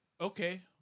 okay